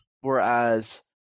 Whereas